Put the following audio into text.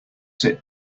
sit